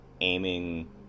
aiming